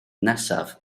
nesaf